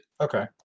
Okay